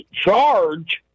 charge